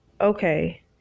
Okay